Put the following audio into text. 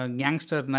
gangster